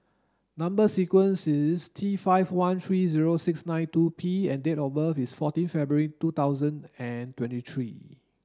number sequence is T five one three zero six nine two P and date of birth is fourteen February two thousand and twenty three